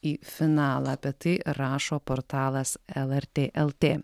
į finalą apie tai rašo portalas lrt lt